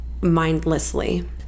mindlessly